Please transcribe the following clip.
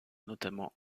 notamment